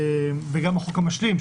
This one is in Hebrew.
וגם החוק המשלים,